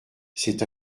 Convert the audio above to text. c’est